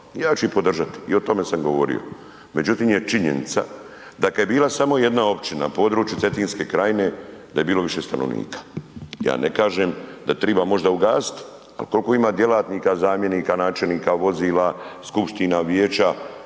ja ću ih podržati i o tome sam govorio međutim je činjenica da kad je bila samo jedna općina na području Cetinske krajine, da je bilo više stanovnika. Ja ne kažem da treba možda ugasiti a koliko ima djelatnika, zamjenika, načelnika, vozila, skupština, vijeća